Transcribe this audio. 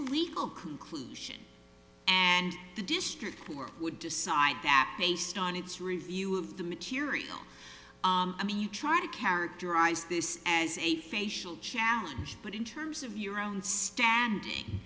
a legal conclusion and the district would decide that based on its review of the material i mean you try to characterize this as a facial challenge but in terms of your own standing